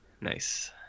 Nice